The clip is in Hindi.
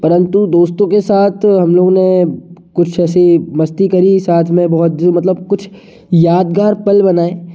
परंतु दोस्तों के साथ हम लोग ने कुछ ऐसे मस्ती करी साथ में बहुत जी मतलब कुछ यादगार पर बनाए